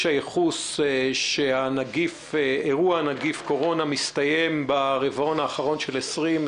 הייחוס שאירוע נגיף הקורונה מסתיים ברבעון האחרון של 2020,